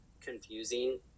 confusing